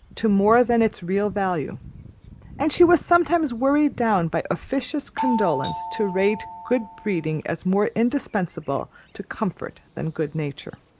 to more than its real value and she was sometimes worried down by officious condolence to rate good-breeding as more indispensable to comfort than good-nature.